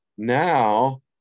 Now